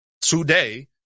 today